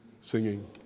singing